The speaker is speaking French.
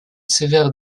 sévère